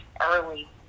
early